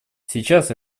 сейчас